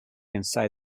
inside